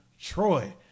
Troy